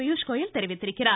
பியூஷ்கோயல் தெரிவித்திருக்கிறார்